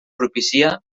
propícia